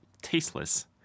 tasteless